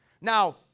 Now